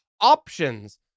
options